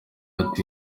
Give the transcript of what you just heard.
ati